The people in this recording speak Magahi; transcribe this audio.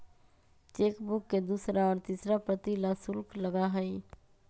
चेकबुक के दूसरा और तीसरा प्रति ला शुल्क लगा हई